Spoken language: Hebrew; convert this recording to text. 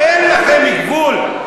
אין לכם גבול.